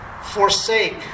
forsake